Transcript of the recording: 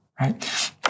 right